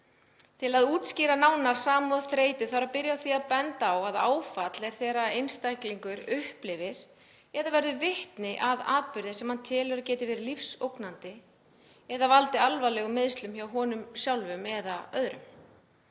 Til að útskýra nánar samkenndarþreytu þarf að byrja á því að benda á að áfall er þegar einstaklingur upplifir eða verður vitni að atburði sem hann telur að geti verið lífsógnandi eða valdið alvarlegum meiðslum hjá honum sjálfum eða öðrum.